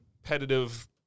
competitive